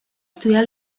estudiar